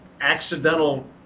accidental